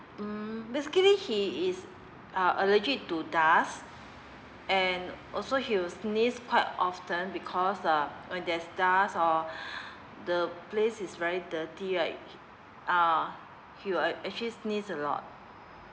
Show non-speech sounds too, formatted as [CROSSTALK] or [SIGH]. um basically he is uh allergic to dust and also he was sneeze quite often because uh uh there's dust or [BREATH] the place is very dirty right ah he will actually sneeze a lot